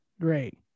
Great